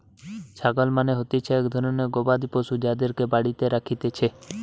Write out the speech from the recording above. ছাগল মানে হতিছে এক ধরণের গবাদি পশু যাদেরকে বাড়িতে রাখতিছে